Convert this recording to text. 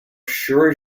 sure